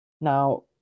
Now